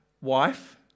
wife